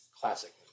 classic